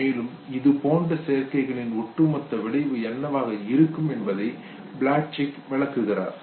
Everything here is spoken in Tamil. மேலும் இதுபோன்ற சேர்க்கைகளின் ஒட்டுமொத்த விளைவு என்னவாக இருக்கும் என்பதையும் ப்ளட்சிக் விளக்குகிறார்